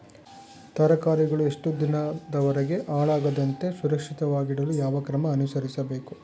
ತರಕಾರಿಗಳು ಹೆಚ್ಚು ದಿನದವರೆಗೆ ಹಾಳಾಗದಂತೆ ಸುರಕ್ಷಿತವಾಗಿಡಲು ಯಾವ ಕ್ರಮ ಅನುಸರಿಸಬೇಕು?